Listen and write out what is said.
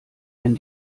wenn